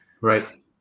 Right